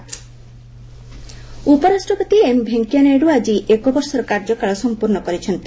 Naidu one year ଉପରାଷ୍ଟ୍ରପତି M Venkaiah Naidu ଆଜି ଏକବର୍ଷର କାର୍ଯ୍ୟକାଳ ସମ୍ପର୍ଶ୍ଣ କରିଛନ୍ତି